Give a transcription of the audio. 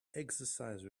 exercise